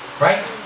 right